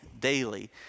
daily